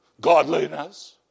Godliness